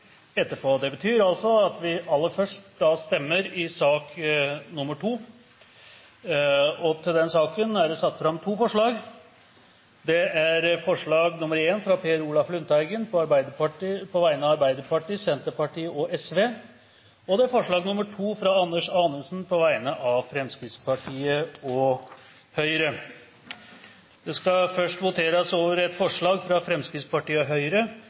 etterpå. Under debatten er det satt fram to forslag. Det er forslag nr. 1, fra Per Olaf Lundteigen på vegne av Arbeiderpartiet, Sosialistisk Venstreparti og Senterpartiet forslag nr. 2, fra Anders Anundsen på vegne av Fremskrittspartiet og Høyre Forslag nr. 2, fra Fremskrittspartiet og Høyre,